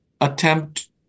attempt